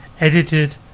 edited